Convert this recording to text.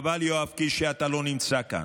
יואב קיש, חבל שאתה לא נמצא כאן.